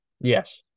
Yes